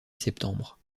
septembre